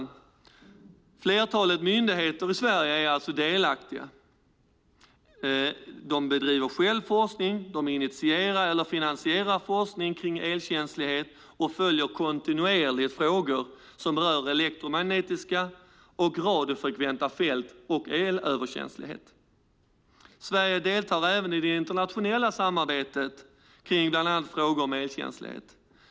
Ett flertal myndigheter i Sverige är alltså delaktiga i, bedriver själva, initierar eller finansierar forskning kring elkänslighet och följer kontinuerligt frågor som rör elektromagnetiska och radiofrekventa fält och elöverkänslighet. Sverige deltar även i det internationella samarbetet kring bland annat frågor om elkänslighet.